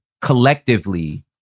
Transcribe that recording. collectively